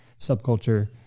subculture